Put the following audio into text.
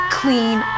clean